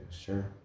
sure